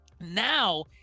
now